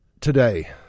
today